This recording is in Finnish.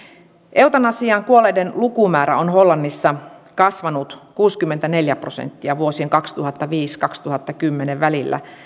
eutanasiaan kuolleiden lukumäärä on hollannissa kasvanut kuusikymmentäneljä prosenttia vuosien kaksituhattaviisi viiva kaksituhattakymmenen välillä